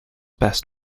best